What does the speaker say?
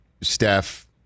Steph